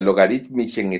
logarithmischen